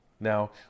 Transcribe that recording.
Now